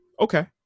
okay